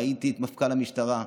ראיתי את מפכ"ל המשטרה,